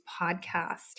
Podcast